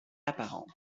apparente